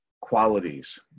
qualities